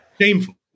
shameful